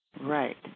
Right